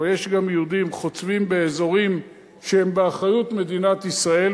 אבל יש גם יהודים שחוצבים באזורים שהם באחריות מדינת ישראל,